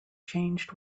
changed